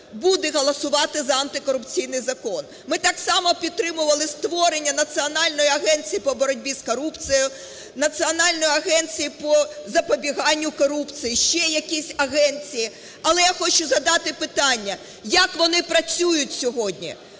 буде голосувати за антикорупційний закон. Ми так само підтримували створення Національної агенції по боротьбі з корупцією, Національної агенції по запобіганню корупцією, ще якісь агенції. Але я хочу задати питання, як вони працюють сьогодні?